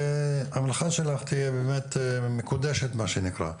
המלאכה שלך תהיה באמת מקודשת, מה שנקרא.